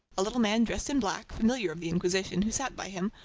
a little man dressed in black, familiar of the inquisition, who sat by him,